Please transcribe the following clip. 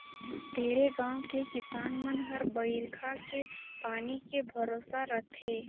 ढेरे गाँव के किसान मन हर बईरखा के पानी के भरोसा रथे